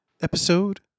Episode